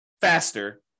faster